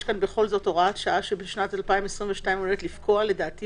יש פה הוראת שעה שבשנת 2022 הולכת לפקוע לדעתי